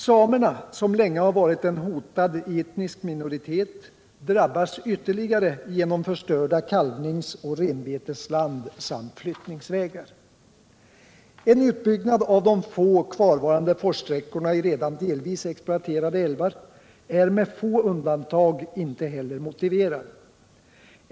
Samerna, som länge varit en hotad etnisk minoritet, drabbas ytterligare genom förstörda kalvningsoch renbetesland Den fysiska samt flyttningsvägar. riksplaneringen för En utbyggnad av de få kvarvarande forssträckorna i redan delvis ex = vattendrag i norra ploaterade älvar är med få undantag inte heller motiverad.